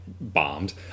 bombed